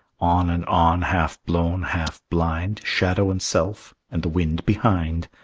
on and on, half blown, half blind, shadow and self, and the wind behind!